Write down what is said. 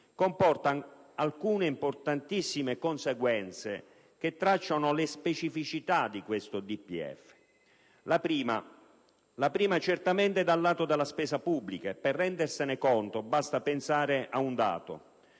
comporta alcune importantissime conseguenze, che tracciano le specificità di questo DPEF. La prima conseguenza certamente è dal lato della spesa pubblica. Per rendersene conto, basta pensare a un dato: